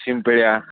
शिंपल्या